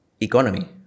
economy